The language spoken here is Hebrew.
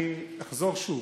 אני אחזור שוב,